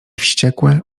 wściekłe